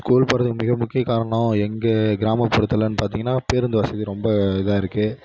school போகிறது மிக முக்கிய காரணோம் எங்கள் கிராப்புறத்திலனு பார்த்தீங்னா பேருந்து வசதி ரொம்ப இதாக இருக்குது